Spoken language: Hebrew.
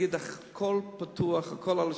להגיד הכול פתוח, הכול על השולחן,